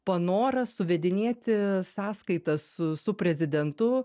panora suvedinėti sąskaitas su su prezidentu